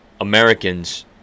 Americans